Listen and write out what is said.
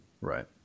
Right